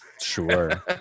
sure